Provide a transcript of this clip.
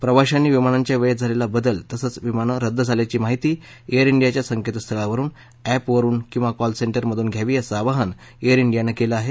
प्रवाशांनी विमानांच्या वेळेत झोलला बदल तसंच विमानं रद्द झाल्याची माहिती एअर डियाच्या संकेतस्थळावरुन अद्विरुन किंवा कॉलसेंटरमधून घ्यावी असं आवाहन एअर ांडियानं केलं आहे